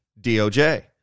DOJ